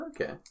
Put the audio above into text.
okay